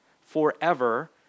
forever